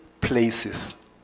places